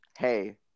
hey